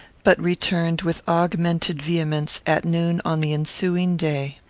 but returned with augmented vehemence at noon on the ensuing day.